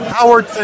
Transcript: Howard